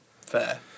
Fair